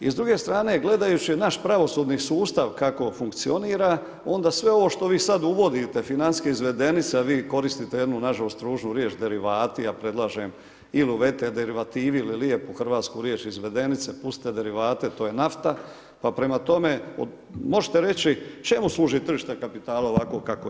I s druge strane gledajući naš pravosudni sustav kako funkcionira, onda sve ovo što vi sad uvodite financijske izvedenice a vi koristite jednu nažalost ružnu riječ, derivati, ja predlažem ili uvedite derivativi ili lijepu hrvatsku riječ izvedenice, pustite derivate, to je nafta, pa prema tome možete li reći čemu služi tržište kapitala ovakvo kakvo je?